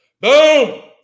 boom